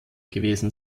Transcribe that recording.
gewesen